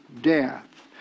death